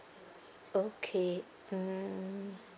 okay mm